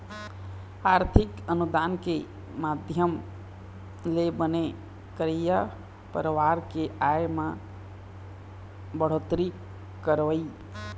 आरथिक अनुदान के माधियम ले बनी करइया परवार के आय म बड़होत्तरी करवई